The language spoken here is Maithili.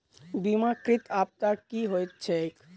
बीमाकृत आपदा की होइत छैक?